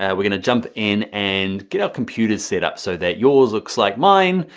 and we're gonna jump in and get our computers setup, so that yours looks like mine,